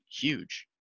huge